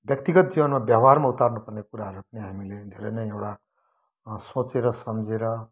व्यक्तिगत जीवनमा व्यवहारमा उतार्नु पर्ने कुराहरू पनि हामीले धेरै नै एउटा सोचेर सम्झेर